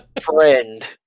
Friend